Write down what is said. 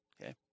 Okay